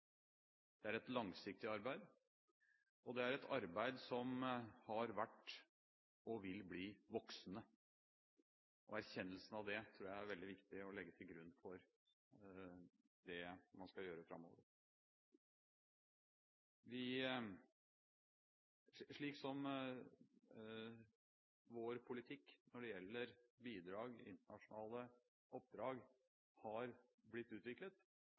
Det er et langsiktig arbeid, og det er et arbeid som har vært og vil bli voksende. Erkjennelsen av det tror jeg er veldig viktig å legge til grunn for det man skal gjøre framover. Slik vår politikk når det gjelder bidrag i internasjonale oppdrag har blitt utviklet,